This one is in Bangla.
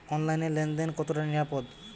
অনলাইনে লেন দেন কতটা নিরাপদ?